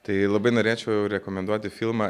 tai labai norėčiau rekomenduoti filmą